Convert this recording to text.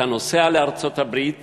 אתה נוסע לארצות-הברית